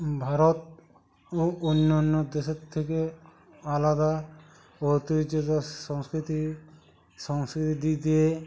ভারত ও অন্যান্য দেশের থেকে আলাদা ঐতিহ্য সংস্কৃতি সংস্কৃতির দিক দিয়ে